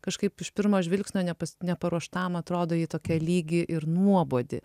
kažkaip iš pirmo žvilgsnio nepas neparuoštam atrodo ji tokia lygi ir nuobodi